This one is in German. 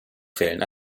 fällen